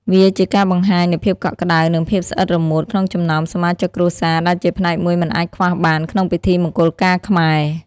វាជាការបង្ហាញនូវភាពកក់ក្តៅ និងភាពស្អិតរមួតក្នុងចំណោមសមាជិកគ្រួសារ ដែលជាផ្នែកមួយមិនអាចខ្វះបានក្នុងពិធីមង្គលការខ្មែរ។